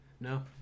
No